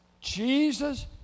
Jesus